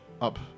up